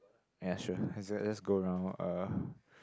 ya sure let's go round uh